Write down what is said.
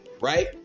right